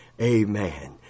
amen